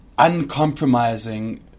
uncompromising